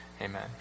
Amen